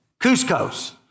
Cusco's